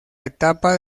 etapa